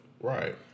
Right